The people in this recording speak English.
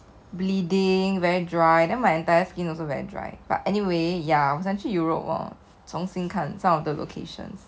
bleeding very dry then my entire skin also very dry but anyway ya 我想去 europe lor 重新看 some of the locations